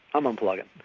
i'm unplugging.